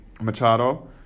Machado